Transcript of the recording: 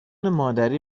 مادری